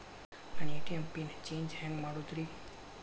ನನ್ನ ATM pin change ಹೆಂಗ್ ಮಾಡೋದ್ರಿ?